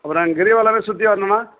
அப்புறம் கிரிவமே சுற்றி வரணும்ன்னா